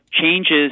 changes